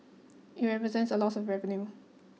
it represents a loss of revenue